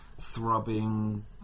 throbbing